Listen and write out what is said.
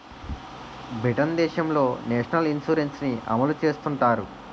Britain దేశంలో national insurance ని అమలు చేస్తుంటారు